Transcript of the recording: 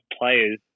players